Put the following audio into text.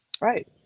right